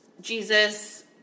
Jesus